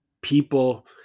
people